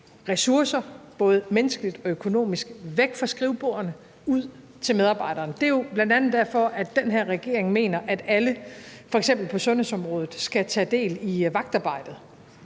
ressourcer væk fra skrivebordene og ud til medarbejderne. Det er bl.a. derfor, den her regering mener, at alle, f.eks. på sundhedsområdet, skal tage del i vagtarbejdet,